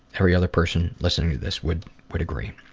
every other person listening to this would would agree.